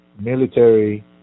military